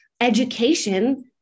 education